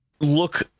look